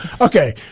Okay